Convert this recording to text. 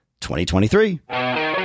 2023